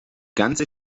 ganze